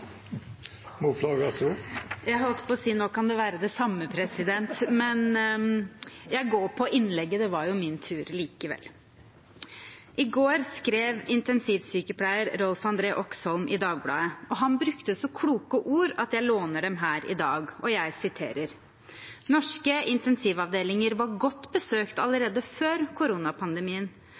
har også en taletid på inntil 3 minutter. Jeg holdt på å si at nå kan det være det samme, president, men jeg går til innlegget – det var jo min tur likevel. I går skrev intensivsykepleier Rolf-André Oxholm i Dagbladet. Han brukte så kloke ord at jeg låner dem her i dag: «Norske intensivavdelinger var godt besøkt allerede før